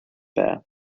bear